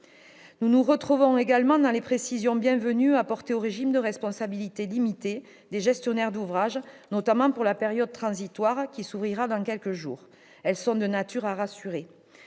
Nous nous retrouvons également dans les précisions bienvenues apportées au régime de responsabilité limitée des gestionnaires d'ouvrages, notamment pour la période transitoire, qui s'ouvrira dans quelques jours. Celles-ci sont de nature à rassurer.